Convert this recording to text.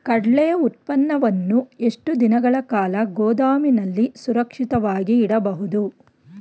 ಕಡ್ಲೆ ಉತ್ಪನ್ನವನ್ನು ಎಷ್ಟು ದಿನಗಳ ಕಾಲ ಗೋದಾಮಿನಲ್ಲಿ ಸುರಕ್ಷಿತವಾಗಿ ಇಡಬಹುದು?